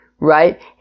Right